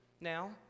now